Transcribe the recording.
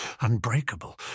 Unbreakable